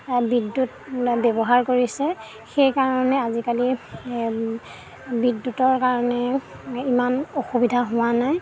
বিদ্যুত ব্যৱহাৰ কৰিছে সেইকাৰণে আজিকালি বিদ্যুতৰ কাৰণে ইমান অসুবিধা হোৱা নাই